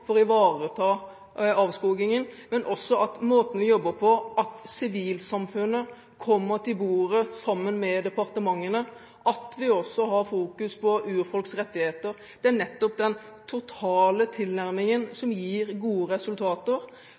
for å ivareta avskogingen, sivilsamfunnet kommer til bordet sammen med departementene, og vi har også fokus på urfolks rettigheter. Det er nettopp den totale tilnærmingen som gir gode resultater.